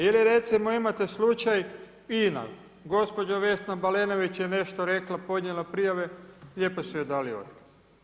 Ili recimo imate slučaj INA, gospođa Vesna Balenović je nešto rekla, podnijela prijave, lijepo su joj dali otkaz.